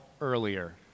earlier